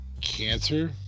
Cancer